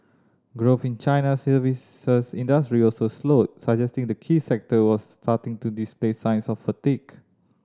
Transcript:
growth in China's services industry also slowed suggesting the key sector was starting to display signs of fatigue